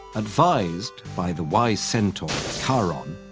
advised by the wise centaur chiron,